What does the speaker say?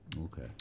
Okay